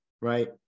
Right